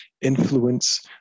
influence